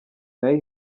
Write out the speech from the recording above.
nayo